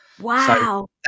Wow